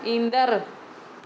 ईंदड़ु